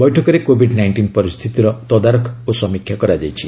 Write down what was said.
ବୈଠକରେ COVID nineteen ପରିସ୍ଥିତିର ତଦାରଖ ଓ ସମୀକ୍ଷା କରାଯାଇଛି